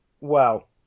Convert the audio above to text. Well